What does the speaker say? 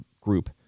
group